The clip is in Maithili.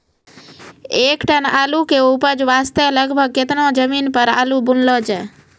एक टन आलू के उपज वास्ते लगभग केतना जमीन पर आलू बुनलो जाय?